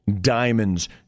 diamonds